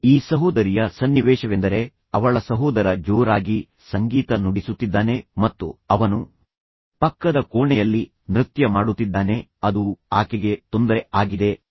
ಈ ಸಹೋದರಿಯ ಸನ್ನಿವೇಶವೆಂದರೆ ಅವಳ ಸಹೋದರ ಜೋರಾಗಿ ಸಂಗೀತ ನುಡಿಸುತ್ತಿದ್ದಾನೆ ಮತ್ತು ಅವನು ಸ್ನೇಹಿತರೊಂದಿಗೆ ಪಕ್ಕದ ಕೋಣೆಯಲ್ಲಿ ನೃತ್ಯ ಮಾಡುತ್ತಿದ್ದಾನೆ ಮತ್ತು ನಂತರ ಅದು ಆಕೆಗೆ ತುಂಬಾ ತೊಂದರೆ ನೀಡುತ್ತಿರಬಹುದು